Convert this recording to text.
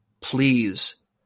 please